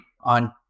on